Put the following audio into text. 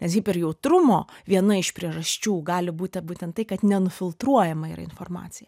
nes hiperjautrumo viena iš priežasčių gali būti būtent tai kad nenufiltruojama yra informacija